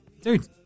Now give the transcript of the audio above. Dude